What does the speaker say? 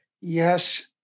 Yes